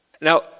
Now